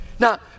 Now